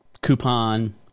coupon